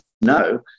no